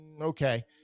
Okay